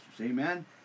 amen